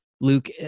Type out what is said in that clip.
Luke